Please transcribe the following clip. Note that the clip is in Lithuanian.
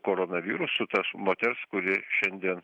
koronavirusu tos moters kuri šiandien